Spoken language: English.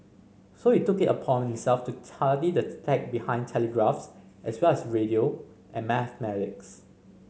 so he took it upon himself to study the tech behind telegraphs as well as radio and mathematics